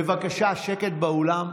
בבקשה, שקט באולם.